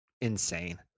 insane